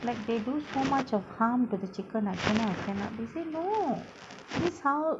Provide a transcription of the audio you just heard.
like they do so much of harm to the chicken I cannot cannot they say no this is how